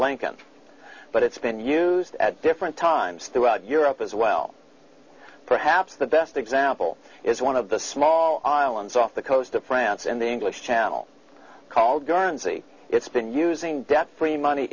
lincoln but it's been used at different times throughout europe as well perhaps the best example is one of the small islands off the coast of france in the english channel called guernsey it's been using debt free money